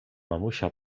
mamusia